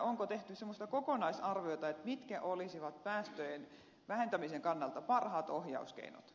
onko tehty semmoista kokonaisarviota mitkä olisivat päästöjen vähentämisen kannalta parhaat ohjauskeinot